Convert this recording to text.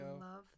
love